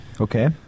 Okay